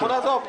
אנחנו נעזוב.